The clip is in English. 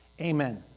amen